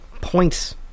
points